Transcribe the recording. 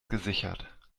gesichert